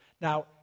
Now